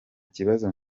kibazo